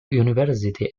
university